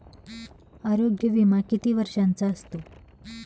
आरोग्य विमा किती वर्षांचा असतो?